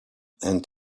and